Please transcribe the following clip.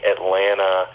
Atlanta